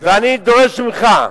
ואני דורש ממך,